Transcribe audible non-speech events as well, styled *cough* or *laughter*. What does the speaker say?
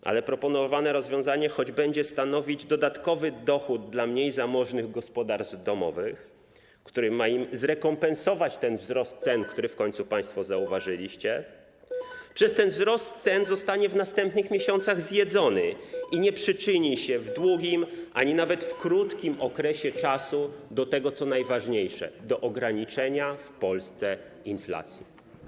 Wprawdzie proponowane rozwiązanie będzie stanowić dodatkowy dochód dla mniej zamożnych gospodarstw domowych, mający im zrekompensować wzrost cen, *noise* który w końcu państwo zauważyliście, ale przez ten wzrost cen zostanie on w następnych miesiącach zjedzony i nie przyczyni się w długim, ani nawet w krótkim okresie do tego co najważniejsze, do ograniczenia w Polsce inflacji.